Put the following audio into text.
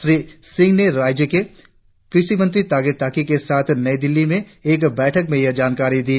श्री सिंह ने राज्य के क्रषि मंत्री तागे ताकी के साथ नई दिल्ली में एक बैठक में यह जानकारी दी